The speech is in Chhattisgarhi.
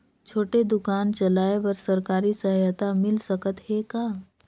छोटे दुकान चलाय बर सरकारी सहायता मिल सकत हे का?